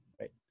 right